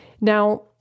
Now